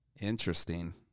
Interesting